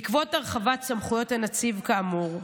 בעקבות הרחבת סמכויות הנציב כאמור,